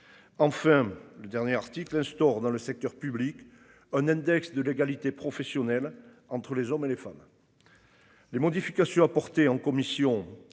Enfin le dernier article instaure dans le secteur public. Un index de l'égalité professionnelle entre les hommes et les femmes.